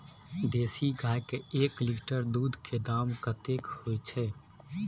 देसी गाय के एक लीटर दूध के दाम कतेक होय छै?